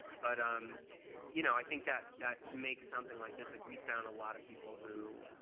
but ah um you know i think that that to make something like this, like we found a lot of people who,